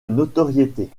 notoriété